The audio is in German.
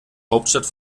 hauptstadt